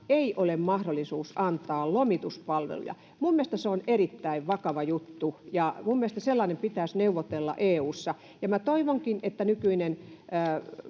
ei ole mahdollista antaa lomituspalveluja. Mielestäni se on erittäin vakava juttu, ja mielestäni tästä pitäisi neuvotella EU:ssa. Toivonkin, että nykyinen